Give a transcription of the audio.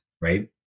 right